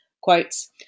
Quotes